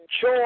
joy